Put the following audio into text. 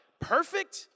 perfect